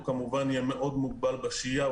הוא כמובן יהיה מוגבל מאוד בשהייה,